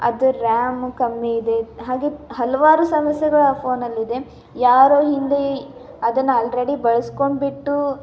ಅದರ ರ್ಯಾಮ್ ಕಮ್ಮಿ ಇದೆ ಹಾಗೆ ಹಲವಾರು ಸಮಸ್ಯೆಗಳು ಆ ಫೋನಲ್ಲಿದೆ ಯಾರೋ ಹಿಂದೆ ಅದನ್ನು ಆಲ್ರೆಡಿ ಬಳಸ್ಕೊಂಡ್ಬಿಟ್ಟು